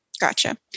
Gotcha